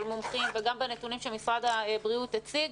של מומחים וגם בנתונים שמשרד הבריאות הציג.